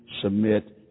submit